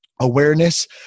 awareness